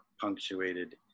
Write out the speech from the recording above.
punctuated